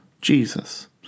Jesus